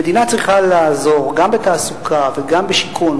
המדינה צריכה לעזור גם בתעסוקה וגם בשיכון,